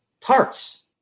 parts